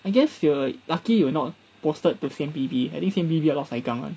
I guess you're lucky you will not posted to C_M_P_B I think C_M_P_B a lot of sai kang [one]